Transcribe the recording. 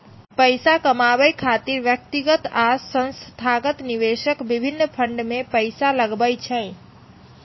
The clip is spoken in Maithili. पैसा कमाबै खातिर व्यक्तिगत आ संस्थागत निवेशक विभिन्न फंड मे पैसा लगबै छै